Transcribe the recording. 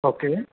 okay